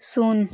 ଶୂନ